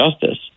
justice